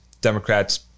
Democrats